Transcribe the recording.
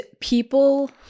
people –